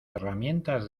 herramientas